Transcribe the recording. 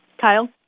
Kyle